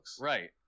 right